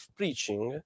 preaching